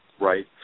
Right